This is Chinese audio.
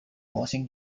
模型